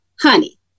honey